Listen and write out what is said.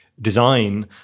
design